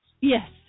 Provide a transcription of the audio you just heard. Yes